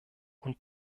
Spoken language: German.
und